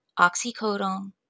oxycodone